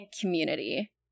community